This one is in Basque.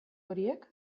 horiek